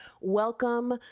Welcome